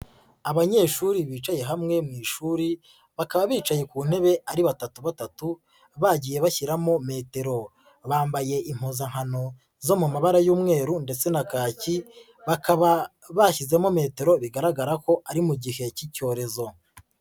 Abanyeshuri bicaye hamwe mu ishuri, bakaba bicaye ku ntebe ari batatu batatu, bagiye bashyiramo metero. Bambaye impuzankano zo mu mabara y'umweru ndetse na kaki, bakaba bashyizemo metero bigaragara ko ari mu gihe cy'icyorezo.